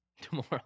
Tomorrow